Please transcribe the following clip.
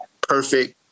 Perfect